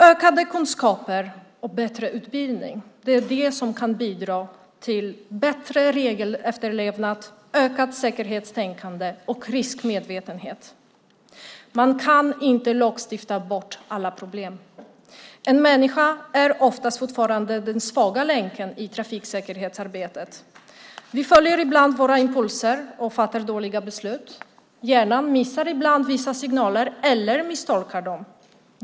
Ökade kunskaper och bättre utbildning kan bidra till bättre regelefterlevnad, ökat säkerhetstänkande och riskmedvetenhet. Man kan inte lagstifta bort alla problem. En människa är ofta fortfarande den svaga länken i trafiksäkerhetsarbetet. Vi följer ibland våra impulser och fattar dåliga beslut. Hjärnan missar ibland vissa signaler eller misstolkar dem.